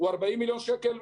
הוא 40 מיליון שקל,